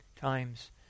times